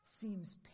seems